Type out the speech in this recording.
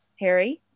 Harry